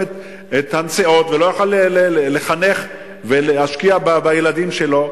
את הנסיעות ולא יכול לחנך ולהשקיע בילדים שלו.